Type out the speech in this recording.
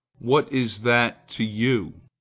what is that to you?